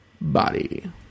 body